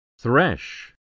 Thresh